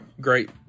Great